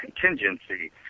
contingency